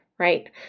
right